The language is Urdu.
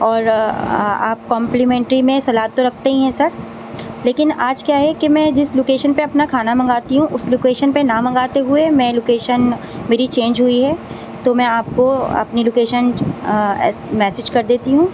اور آپ کوپلیمنٹری میں سلاد تو رکھتے ہی ہیں سر لیکن آج کیا ہے کہ میں جس لوکیشن پہ اپنا کھانا منگاتی ہوں اس لوکیشن پر نہ منگاتے ہوئے میں لوکیشن میری چینج ہوئی ہے تو میں آپ کو اپنی لوکیشن میسج کر دیتی ہوں